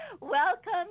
Welcome